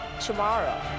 tomorrow